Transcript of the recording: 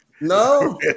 No